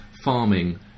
Farming